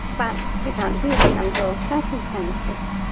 but we can't use it under all circumstances.